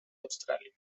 australia